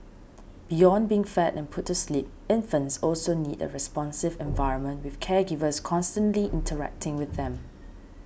beyond being fed and put to sleep infants also need a responsive environment with caregivers constantly interacting with them